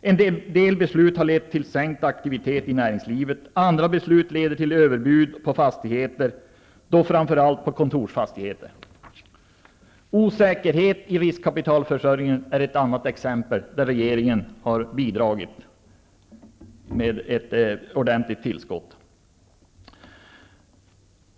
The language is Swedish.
En del beslut har lett till sänkt aktivitet i näringslivet. Andra beslut leder till överbud på fastigheter, då framför allt på kontorfastigheter. Osäkerhet i riskkapitalförsörjningen är ett annat exempel då regeringen har bidragit med ett ordentligt tillskott.